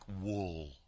wool